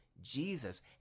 Jesus